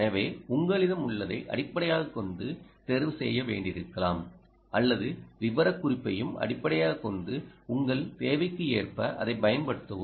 எனவே உங்களிடம் உள்ளதை அடிப்படையாகக் கொண்டு தேர்வு செய்ய வேண்டியிருக்கலாம் அல்லது விவரக்குறிப்பையும் அடிப்படையாகக் கொண்டு உங்கள் தேவைக்கு ஏற்ப அதைப் பயன்படுத்தவும்